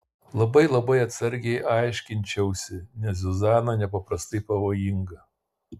labai labai atsargiai aiškinčiausi nes zuzana nepaprastai pavojinga